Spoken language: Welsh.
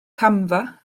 camfa